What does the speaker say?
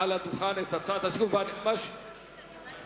בעניין